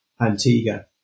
Antigua